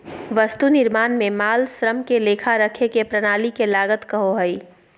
वस्तु निर्माण में माल, श्रम के लेखा रखे के प्रणाली के लागत कहो हइ